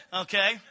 Okay